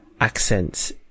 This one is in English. accents